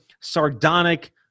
sardonic